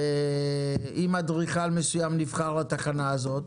ואם אדריכל מסוים נבחר לתחנה הזאת,